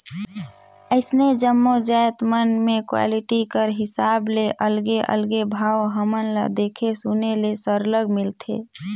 अइसने जम्मो जाएत मन में क्वालिटी कर हिसाब ले अलगे अलगे भाव हमन ल देखे सुने ले सरलग मिलथे